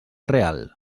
real